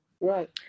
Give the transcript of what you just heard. Right